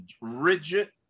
rigid